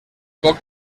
poc